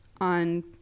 on